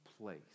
place